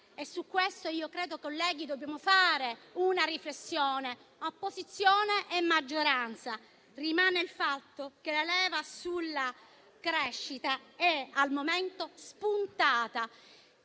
e su questo io credo, colleghi, dobbiamo fare una riflessione, opposizione e maggioranza - è che la leva sulla crescita è al momento spuntata.